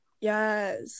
Yes